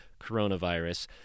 coronavirus